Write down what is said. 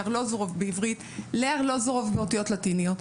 מארלוזורוב בעברית לארלוזורוב באותיות לטיניות,